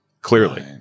clearly